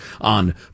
on